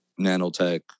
nanotech